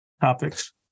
topics